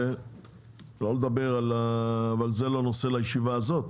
אבל זה לא נושא לישיבה הזאת